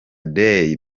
day